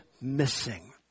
missing